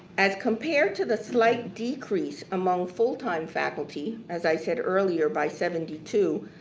as compare to the slight decrease among full-time faculty as i said earlier by seventy two,